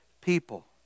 people